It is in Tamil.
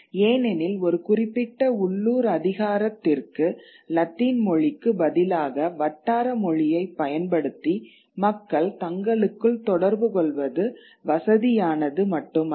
ஏனெனில் ஒரு குறிப்பிட்ட உள்ளூர் அதிகாரத்திற்கு லத்தீன் மொழிக்கு பதிலாக வட்டாரமொழியைப் பயன்படுத்தி மக்கள் தங்களுக்குள் தொடர்புகொள்வது வசதியானது மட்டுமல்ல